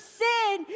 sin